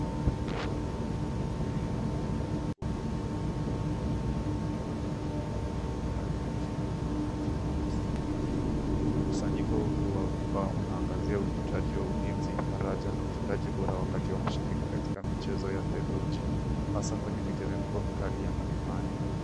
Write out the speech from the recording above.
Vifaa vya mchezo wa kuteleza kwenye barafu vimepangwa juu ya sakafu ya mbao kwa mpangilio unaoonyesha utayari wa kushiriki kwenye mchezo ya msimu wa baridi. Mkusanyiko huu wa vifaa unaangazia uhitaji wa ulinzi, faraja na utendaji bora wakati wa kushiriki katika michezo ya theluji hasaa kwenye miteremko mikali ya milimani.